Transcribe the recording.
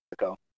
Mexico